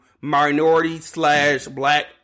minority-slash-black